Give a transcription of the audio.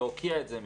להוקיע את זה.